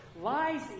lies